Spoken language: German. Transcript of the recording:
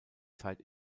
zeit